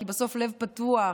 כי בסוף לב פתוח,